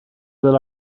that